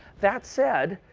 that said,